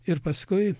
ir paskui